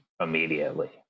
immediately